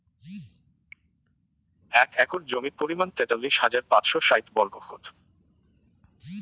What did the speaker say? এক একর জমির পরিমাণ তেতাল্লিশ হাজার পাঁচশ ষাইট বর্গফুট